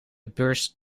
beurs